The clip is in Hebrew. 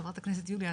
חה"כ יוליה,